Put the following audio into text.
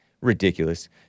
Ridiculous